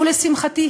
ולשמחתי,